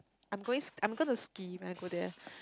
I'm going I'm gonna ski when I go there